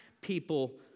people